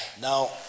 Now